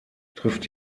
trifft